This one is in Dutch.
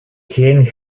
geen